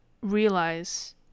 realize